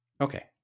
okay